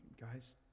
guys